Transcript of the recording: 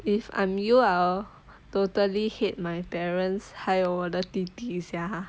if I'm you I will totally hate my parents 还有我的弟弟 sia